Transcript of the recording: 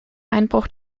einbruch